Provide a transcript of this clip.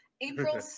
April